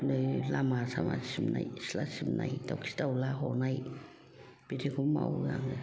लामा सामा सिबनाय सिथ्ला सिबनाय दावखि दावला हनाय बिदिखौ मावो आङो